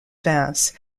vence